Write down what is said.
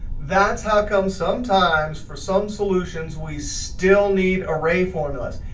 that's how come sometimes, for some solutions, we still need array formulas.